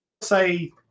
say